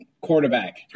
quarterback